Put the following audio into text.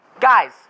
Guys